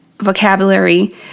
vocabulary